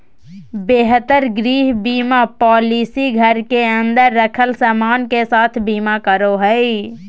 बेहतर गृह बीमा पॉलिसी घर के अंदर रखल सामान के साथ बीमा करो हय